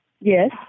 Yes